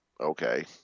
Okay